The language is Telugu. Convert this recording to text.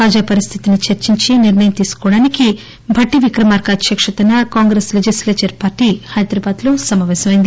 తాజా పరిస్థితిని చర్చించి నిర్ణయం తీసుకోవడానికి భట్టి విక్రమార్క అధ్యక్షతన కాంగ్రెస్ లెజిస్లేచర్ పార్టీ హైదరాబాద్లో సమావేశమైంది